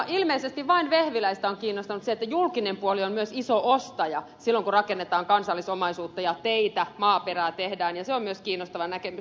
ilmeisesti vain ministeri vehviläistä on kiinnostanut se että julkinen puoli on myös iso ostaja silloin kun rakennetaan kansallisomaisuutta ja teitä maaperää tehdään ja se on myös kiinnostava näkemys